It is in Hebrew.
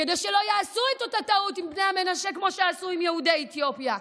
כדי שלא יעשו את אותה טעות עם בני מנשה כמו שעשו עם יהודי אתיופיה,